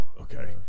Okay